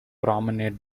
promenade